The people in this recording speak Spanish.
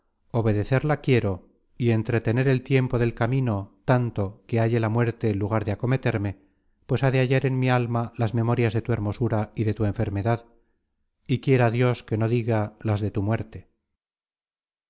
book search generated at entretener el tiempo del camino tanto que halle la muerte lugar de acometerme pues ha de hallar en mi alma las memorias de tu hermosura y de tu enfermedad y quiera dios que no diga las de tu muerte